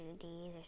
community